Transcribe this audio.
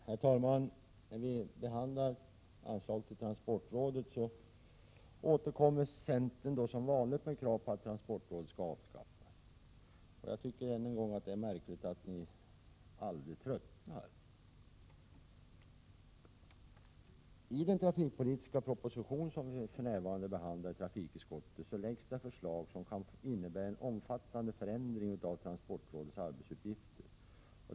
Herr talman! Vid behandlingen av anslaget till transportrådet återkommer centern som vanligt med krav på att transportrådet skall avskaffas. Jag tycker än en gång att det är märkligt att ni aldrig tröttnar. I den trafikpolitiska proposition som för närvarande behandlas i trafikutskottet finns förslag som kan innebära en omfattande förändring av transportrådets uppgifter.